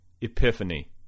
epiphany